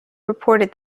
reported